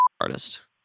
artist